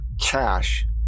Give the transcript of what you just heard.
cash